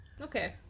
Okay